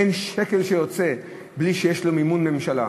אין שקל שיוצא בלי שיש לו מימון ממשלה.